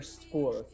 school